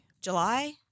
July